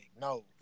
no